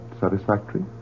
satisfactory